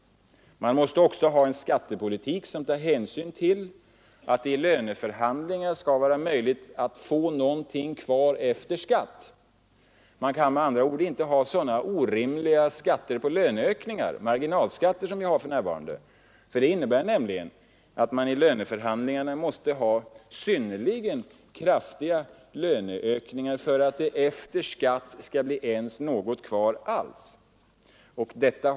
Man måste också ha en skattepolitik som tar hänsyn till att det vid lönehöjningar skall vara möjligt att få mer kvar efter skatt. Man kan med andra ord inte ha så orimliga skatter på lönehöjningar — marginalskatter — som vi har för närvarande, Det innebär nämligen att man vid löneförhandlingarna måste åstadkomma synnerligen kraftiga löneökningar för att det skall bli något kvar alls efter skatt.